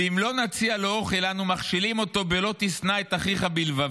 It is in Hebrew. ואם לא נציע לו אוכל אנחנו מכשילים אותו ב"לא תשנא את אחיך בלבבך"